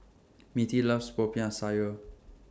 Mittie loves Popiah Sayur